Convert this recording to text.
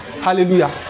Hallelujah